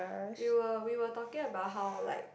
we were we were talking about how like